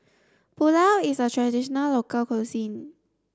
Pulao is a traditional local cuisine